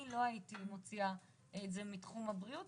אני לא הייתי מוציאה את זה מתחום הבריאות,